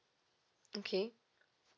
okay